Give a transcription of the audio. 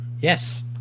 Yes